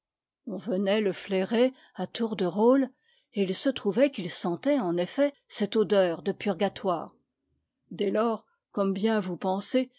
on venait le flairer à tour de rôle et il se trouvait qu'il sentait en effet cette odeur de purgatoire dès lors comme bien vous pensez